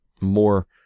more